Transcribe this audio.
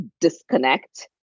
disconnect